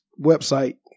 website